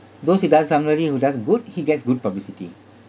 those who done somebody who does good he gets good publicity